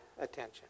attention